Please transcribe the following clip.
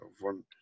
one